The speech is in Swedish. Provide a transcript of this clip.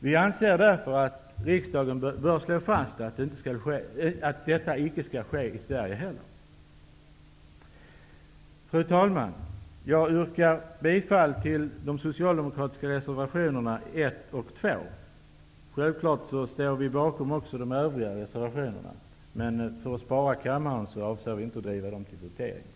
Vi anser därför att riksdagen bör slå fast att detta icke heller skall ske i Sverige. Fru talman! Jag yrkar bifall till de socialdemokratiska reservationerna 1 och 2. Självfallet står vi bakom också de övriga reservationerna, men för att spara kammarens tid avser vi inte att driva dem fram till votering.